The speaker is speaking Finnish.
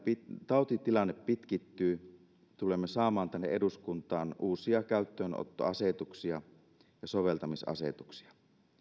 tautitilanne pitkittyy tulemme saamaan tänne eduskuntaan uusia käyttöönottoasetuksia ja soveltamisasetuksia